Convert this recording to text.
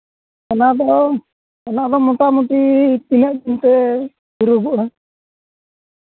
ᱚᱱᱟ ᱫᱚ ᱚᱱᱟ ᱫᱚ ᱢᱚᱴᱟᱢᱩᱴᱤ ᱛᱤᱱᱟᱹᱜ ᱫᱤᱱ ᱛᱮ ᱤᱻᱨᱚᱜᱚᱜᱼᱟ